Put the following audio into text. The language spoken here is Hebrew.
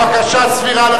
הצבעה,